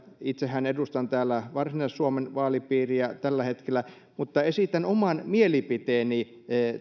itsehän edustan täällä varsinais suomen vaalipiiriä tällä hetkellä mutta esitän oman mielipiteeni